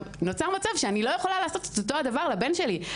נוצר מצב שבו אני לא יכולה לעשות את אותו הדבר לבן שלי.